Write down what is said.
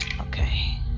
Okay